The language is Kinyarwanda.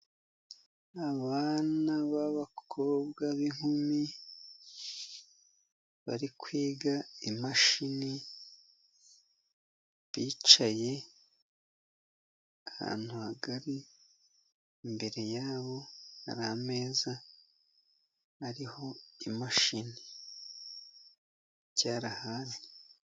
Abana b'abakobwa b'inkumi bari kwiga imashini, bicaye ahantu hagari, imbere yabo hari ameza ariho imashini icyarahani.